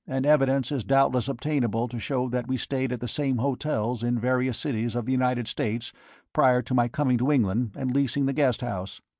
and evidence is doubtless obtainable to show that we stayed at the same hotels in various cities of the united states prior to my coming to england and leasing the guest house.